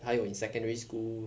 还有 in secondary school